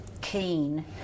keen